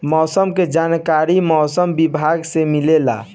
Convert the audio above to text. मौसम के जानकारी मौसम विभाग से मिलेला?